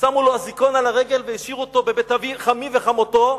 שמו לו אזיקון על הרגל והשאירו אותו בבית חמיו וחמותו,